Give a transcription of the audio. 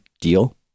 deal